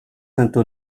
sainte